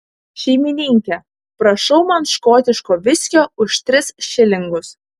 šeimininke prašau man škotiško viskio už tris šilingus